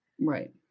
Right